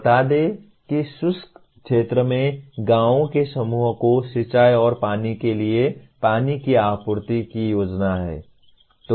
बता दें कि शुष्क क्षेत्र में गांवों के समूह को सिंचाई और पीने के लिए पानी की आपूर्ति की योजना है